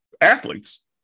athletes